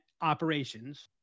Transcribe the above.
operations